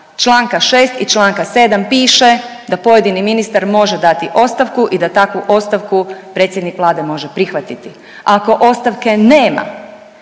čl. 6 i čl. 7 piše da pojedini ministar može dati ostavku i da takvu ostavku predsjednik Vlade može prihvatiti. Ako ostavke nema